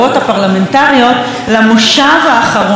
למושב האחרון בכל מקרה.